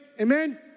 Amen